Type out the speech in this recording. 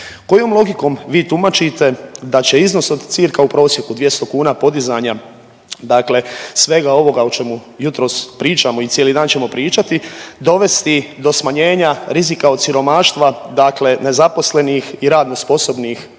Kojom logikom vi tumačite da će iznos u cca u prosjeku 200 kuna podizanja dakle svega ovoga o čemu jutros pričamo i cijeli dan ćemo pričati dovesti do smanjenja rizika od siromaštva dakle nezaposlenih i radno sposobnih